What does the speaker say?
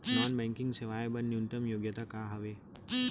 Non banking सेवाएं बर न्यूनतम योग्यता का हावे?